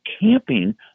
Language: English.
camping